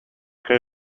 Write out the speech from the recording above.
guy